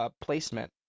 placement